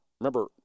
Remember